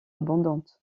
abondante